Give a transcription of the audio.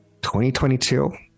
2022